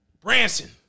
Branson